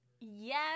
yes